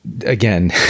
again